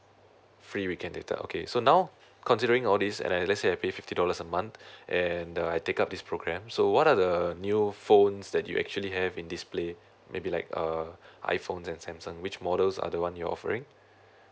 free weekend data okay so now considering all this and let's say I pay fifty dollars a month and I take up this program so what are the uh new phones that you actually have in display maybe like uh iPhones and Samsung which models are the one you're offering